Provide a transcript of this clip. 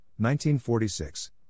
1946